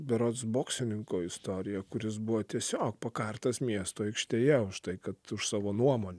berods boksininko istoriją kuris buvo tiesiog pakartas miesto aikštėje už tai kad už savo nuomonę